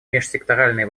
межсекторальные